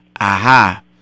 Aha